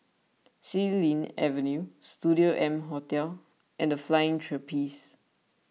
Xilin Avenue Studio M Hotel and the Flying Trapeze